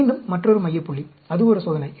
மீண்டும் மற்றொரு மைய புள்ளி அது ஒரு சோதனை